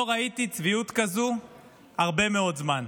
לא ראיתי צביעות כזאת הרבה מאוד זמן.